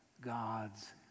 God's